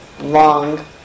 long